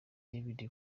david